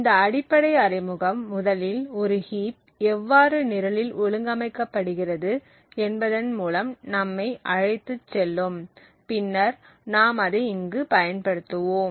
இந்த அடிப்படை அறிமுகம் முதலில் ஒரு ஹீப் எவ்வாறு நிரலில் ஒழுங்கமைக்கப்படுகிறது என்பதன் மூலம் நம்மை அழைத்துச் செல்லும் பின்னர் நாம் அதை இங்கு பயன்படுத்துவோம்